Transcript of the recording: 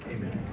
Amen